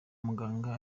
muganga